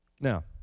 Now